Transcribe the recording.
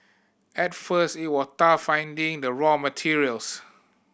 at first it was tough finding the raw materials